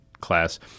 class